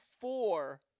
four